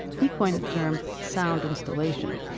he coined the term sound installation,